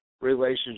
relationship